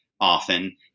often